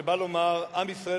שבא לומר: עם ישראל,